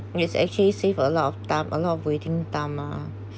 and it's actually saved a lot of time a lot of waiting time ah